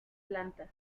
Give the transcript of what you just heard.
plantas